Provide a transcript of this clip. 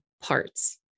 parts